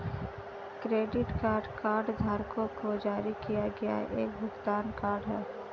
credit card कार्डधारकों को जारी किया गया एक भुगतान कार्ड है